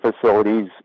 facilities